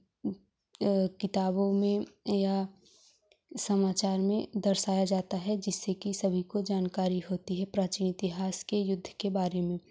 किताबों में या समाचार में दर्शाया जाता है जिससे कि सभी को जानकारी होती है प्राचीन इतिहास के युद्ध के बारे में